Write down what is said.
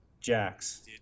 Jax